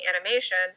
animation